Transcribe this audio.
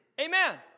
Amen